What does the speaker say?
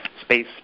space